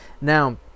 Now